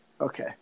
Okay